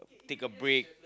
take a break